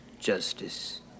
justice